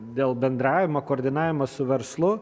dėl bendravimo koordinavimą su verslu